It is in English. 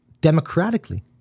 democratically